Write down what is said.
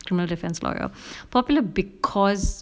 criminal defense lawyer popular because